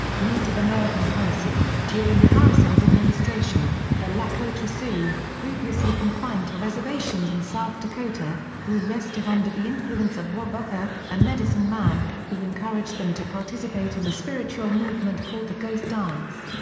native american policy during harrison's administration, the lakota sioux, previously confined to reservations in south dakota, grew restive under the influence of wovoka, a medicine man, who encouraged them to participate in a spiritual movement called the ghost dance.